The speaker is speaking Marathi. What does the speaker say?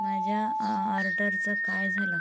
माझ्या आ आर्डरचं काय झालं